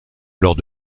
lors